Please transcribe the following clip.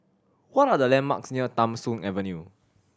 what are the landmarks near Tham Soong Avenue